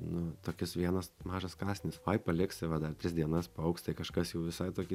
nu tokis vienas mažas kąsnis o ei paliksi va dar tris dienas paaugs tai kažkas jau visai tokį